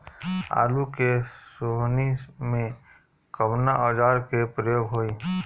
आलू के सोहनी में कवना औजार के प्रयोग होई?